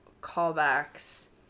callbacks